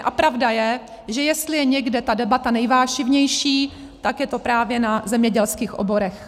A pravda je, že jestli je někde ta debata nejvášnivější, tak je to právě na zemědělských oborech.